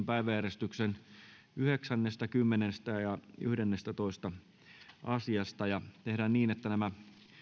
päiväjärjestyksen yhdeksännestä viiva yhdennestätoista asiasta tehdään niin että nämä